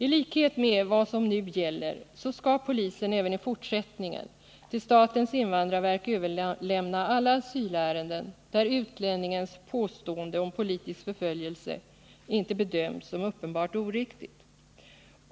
I likhet med vad som nu gäller skall polisen även i fortsättningen till statens invandrarverk överlämna alla a utlänningens påstående om politisk förföljelse inte bedöms som uppenbart oriktig.